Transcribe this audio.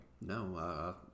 no